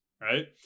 right